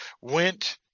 went